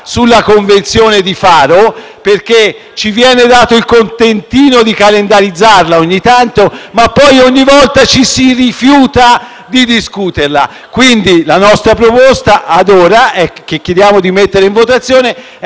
sulla Convenzione di Faro, perché ci viene dato il contentino di calendarizzarla ogni tanto, ma ogni volta ci si rifiuta di discuterla. La proposta che chiediamo di mettere in votazione,